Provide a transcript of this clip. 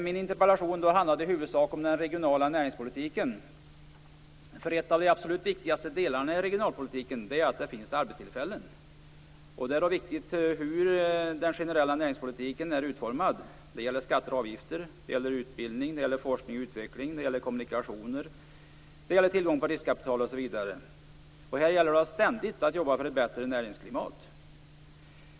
Min interpellation handlar i huvudsak om den regionala näringspolitiken. En av de absolut viktigaste delarna i regionalpolitiken är att det finns arbetstillfällen. Då är det viktigt hur den generella näringspolitiken är utformad. Det gäller skatter och avgifter, det gäller utbildning, forskning och utveckling, kommunikationer, tillgång på riskkapital osv. Det gäller att ständigt jobba för ett bättre näringsklimat.